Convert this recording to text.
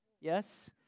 Yes